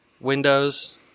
Windows